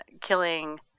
killing